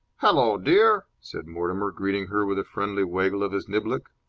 hallo, dear, said mortimer, greeting her with a friendly waggle of his niblick.